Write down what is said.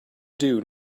due